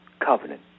covenant